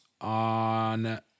On